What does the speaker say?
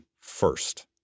first